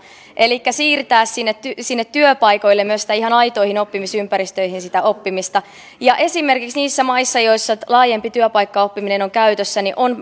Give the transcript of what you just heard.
elikkä siirtää sinne sinne työpaikoille myös ihan aitoihin oppimisympäristöihin sitä oppimista ja esimerkiksi niissä maissa joissa laajempi työpaikkaoppiminen on käytössä on